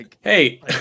Hey